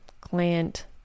client